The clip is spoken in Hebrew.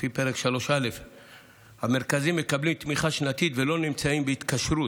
לפי סעיף 3א. המרכזים מקבלים תמיכה שנתית ולא נמצאים בהתקשרות.